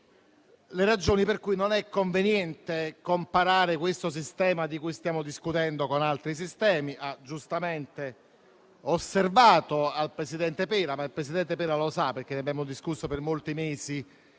le ragioni per cui non è conveniente comparare questo sistema di cui stiamo discutendo con altri. Egli ha giustamente osservato al presidente Pera - ma il Presidente lo sa, perché ne abbiamo discusso per molti mesi